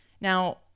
Now